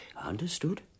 Understood